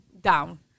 Down